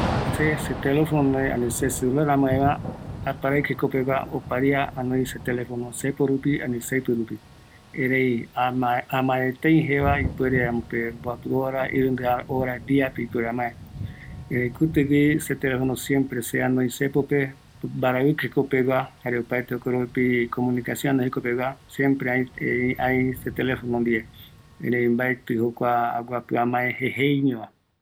Kua ara rupi ñamae yande telefono, jaeko ñamae aramöeteete, kua tembiporurupi ou yandeve oipotague ñeemboveu, jokua mbaetɨ jei opara ara amaë jeje, mbaravɨkɨ jeko pegua amae kuräi